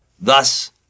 Thus